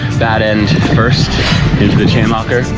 bad end first into the chain locker.